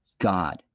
God